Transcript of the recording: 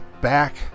back